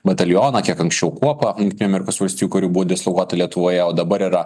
batalioną kiek anksčiau kuopą jungtinių amerikos valstijų karių buvo dislokuotų lietuvoje o dabar yra